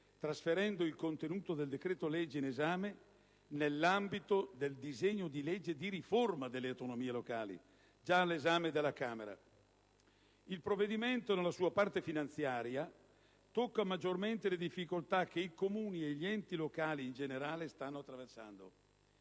trasferendo il contenuto del decreto-legge in esame nell'ambito del disegno di legge di riforma delle autonomie locali, già all'esame della Camera. Il provvedimento, nella sua parte finanziaria, tocca maggiormente le difficoltà che i Comuni e gli enti locali in generale stanno attraversando;